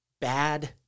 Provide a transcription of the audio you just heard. bad